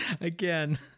again